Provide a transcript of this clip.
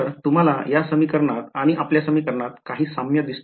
तर तुम्हाला या समीकरणात आणि आपल्या समीकरणात काही साम्य दिसतो का